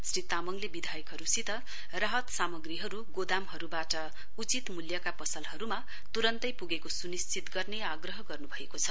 श्री तामङले विधायकहरूसित राहत सामग्रीहरू गोदामहरूबाट उचित मूल्यमा पसलहरूमा तुरन्तै पुगेको सुनिश्चित गर्ने आग्रह गर्नुभएको छ